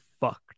fucked